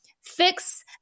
fix